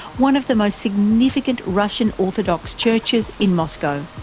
one of the most significant russian orthodox churches in moscow.